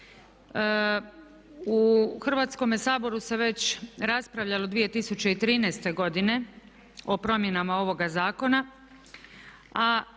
U Hrvatskome saboru se već raspravljalo 2013.godine o promjenama ovoga zakona